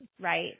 right